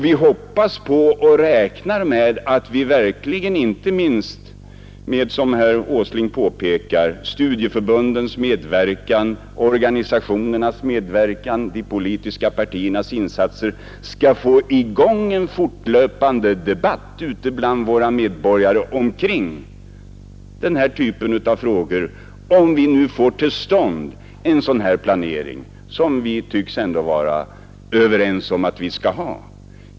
Vi hoppas på och räknar med att vi inte minst med — som herr Åsling påpekar — studieförbundens och organisationernas medverkan och de politiska partiernas insatser skall få i gång en fortlöpande debatt ute bland våra medborgare kring denna typ av frågor, om vi nu får till stånd en sådan här planering — och vi tycks ändå vara överens om att vi skall ha den.